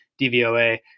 DVOA